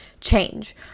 change